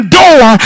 door